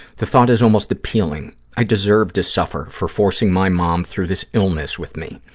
the thought is almost appealing. i deserve to suffer for forcing my mom through this illness with me.